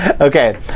okay